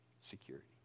security